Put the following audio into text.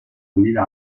unida